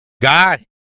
God